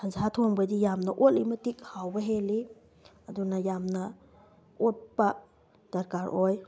ꯁꯟꯁꯥ ꯊꯣꯡꯕꯗꯤ ꯌꯥꯝꯅ ꯑꯣꯠꯂꯤ ꯃꯇꯤꯛ ꯍꯥꯎꯕ ꯍꯦꯜꯂꯤ ꯑꯗꯨꯅ ꯌꯥꯝꯅ ꯑꯣꯠꯄ ꯗꯔꯀꯥꯔ ꯑꯣꯏ